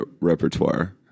repertoire